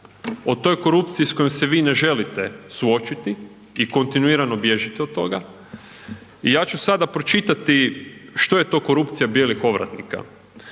o toj korupciji s kojom se vi ne želite suočiti i kontinuirano bježite od toga i ja ću sada pročitati što je to korupcija bijelih ovratnika.